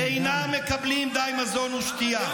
-- והניצולים אינם מקבלים די מזון ושתייה.